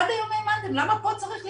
עד היום האמנתם, למה פה צריך לבדוק?